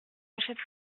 achève